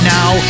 Now